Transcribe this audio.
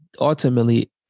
ultimately